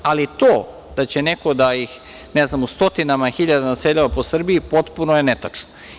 Ali to da će neko da ih, ne znam, u stotinama hiljada nasedao po Srbiji, potpuno je netačno.